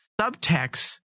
subtext